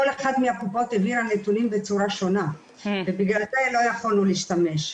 כל אחת מהקופות העבירה נתונים בצורה שונה ולכן לא יכולנו להשתמש.